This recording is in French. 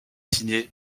signé